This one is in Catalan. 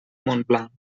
montblanc